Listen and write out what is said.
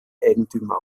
eigentümer